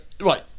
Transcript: Right